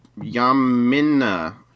Yamina